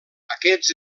aquests